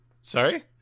Sorry